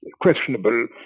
Questionable